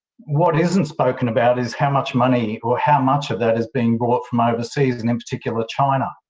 what isn't spoken about is how much money or how much of that is being bought from overseas and in particular, china.